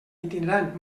itinerant